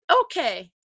okay